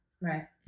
Right